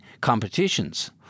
competitions